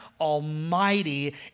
Almighty